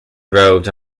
roads